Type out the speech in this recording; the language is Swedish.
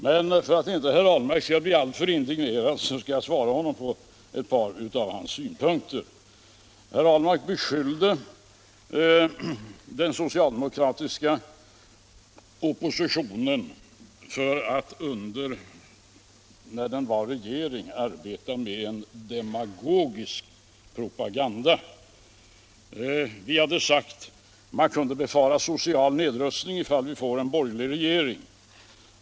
Men för att herr Ahlmark inte skall bli alltför indignerad skall jag svara honom med ett par synpunkter. Herr Ahlmark beskyllde den socialdemokratiska oppositionen för att, när den var i regeringsställning, arbeta med demagogisk propaganda. Vi hade sagt att man kunde befara social nedrustning ifall vårt land fick en borgerlig regering.